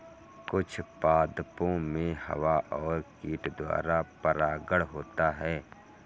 कुछ पादपो मे हवा और कीट द्वारा परागण होता है